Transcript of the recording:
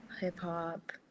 hip-hop